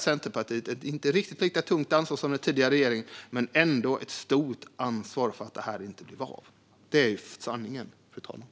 Centerpartiet bär inte ett riktigt lika tungt ansvar som den tidigare regeringen, men man bär ändå ett stort ansvar för att detta inte blev av. Det är sanningen, fru talman.